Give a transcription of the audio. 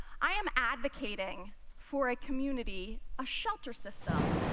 i am advocating for a community, a shelter system,